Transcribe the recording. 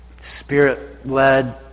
spirit-led